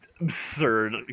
absurd